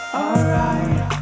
alright